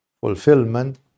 fulfillment